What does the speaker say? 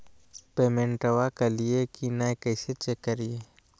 पेमेंटबा कलिए की नय, कैसे चेक करिए?